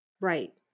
Right